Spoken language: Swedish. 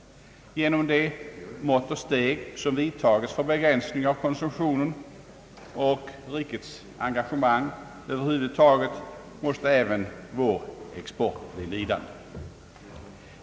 Genom de mått och steg som vidtages för en begränsning av konsumtionen och rikets engagemang över huvud taget måste även vår export bli lidande.